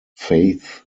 faith